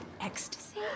Ecstasy